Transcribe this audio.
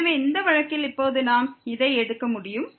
எனவே இந்த வழக்கில் இப்போது நாம் இதை முடிக்க முடியும்